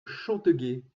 chanteguet